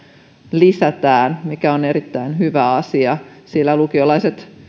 lisätään mikä on erittäin hyvä asia sillä lukiolaiset